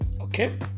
okay